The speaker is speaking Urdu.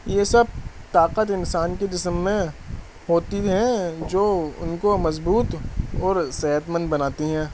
یہ سب طاقت انسان کے جسم میں ہوتی ہیں جو ان کو مضبوط اور صحتمند بناتی ہیں